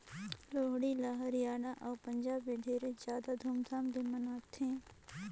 लोहड़ी ल हरियाना अउ पंजाब में ढेरे जादा धूमधाम ले मनाथें